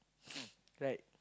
right